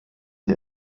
der